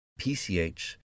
PCH